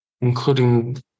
including